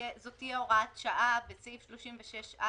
שזו תהיה הוראת שעה בסעיף 36א(ב).